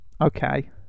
Okay